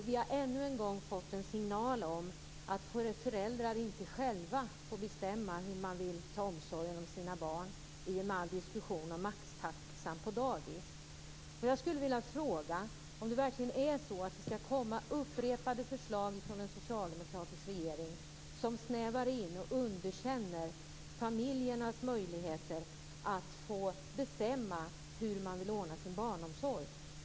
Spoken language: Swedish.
Vi har ännu en gång fått en signal om att föräldrar själva inte får bestämma hur de vill ta omsorgen om sina barn, i och med all diskussion om maxtaxa på dagis. Jag skulle vilja fråga om det verkligen är så att det skall komma upprepade förslag från en socialdemokratisk regering som snävar in och underkänner familjernas möjligheter att bestämma hur de vill ordna sin barnomsorg.